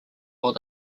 while